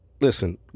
listen